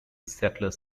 settler